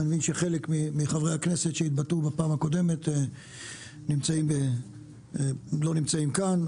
אני מאמין שחלק מחברי הכנסת שהתבטאו בפעם הקודמת לא נמצאים כאן,